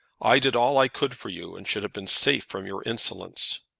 i did all i could for you, and should have been safe from your insolence.